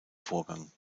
vorgang